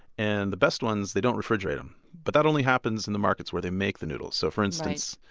and the best ones, they don't refrigerate them. but that only happens in the markets where they make the noodles. so for instance,